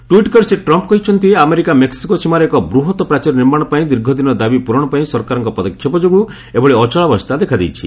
tweet କରି ଶ୍ରୀଟ୍ରମ୍ପ କହିଛନ୍ତି America Mexico ସୀମାରେ ଏକ ବୃହତ ପ୍ରାଚୀର ନିର୍ମାଣ ପାଇଁ ଦୀର୍ଘଦିନର ଦାବି ପୂରଣ ପାଇଁ ସରକାରଙ୍କ ପଦକ୍ଷେପ ଯୋଗୁଁ ଏଭଳି ଅଚଳାବସ୍ଥା ଦେଖାଦେଇଛି